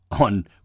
on